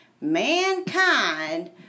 mankind